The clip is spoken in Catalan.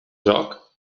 joc